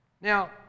Now